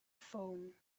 phone